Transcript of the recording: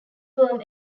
firm